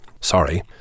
Sorry